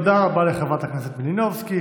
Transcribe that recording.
תודה רבה לחברת הכנסת מלינובסקי.